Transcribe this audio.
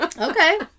Okay